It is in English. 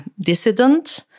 dissident